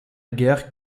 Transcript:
guerre